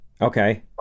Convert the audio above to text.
Okay